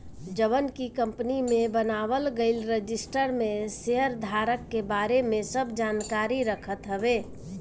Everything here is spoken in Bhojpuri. जवन की कंपनी में बनावल गईल रजिस्टर में शेयरधारक के बारे में सब जानकारी रखत हवे